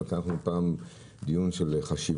אבל כאן אנחנו הפעם בדיון של חשיבה,